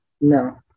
No